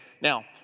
now